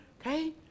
Okay